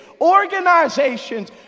organizations